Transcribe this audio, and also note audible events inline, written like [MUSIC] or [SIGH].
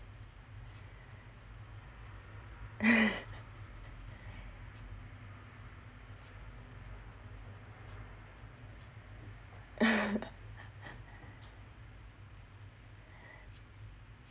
[LAUGHS]